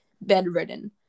bedridden